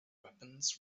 weapons